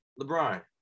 LeBron